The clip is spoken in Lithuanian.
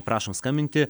prašom skambinti